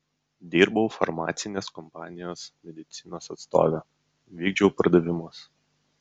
dirbau farmacinės kompanijos medicinos atstove vykdžiau pardavimus